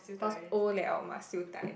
because old liao must siew dai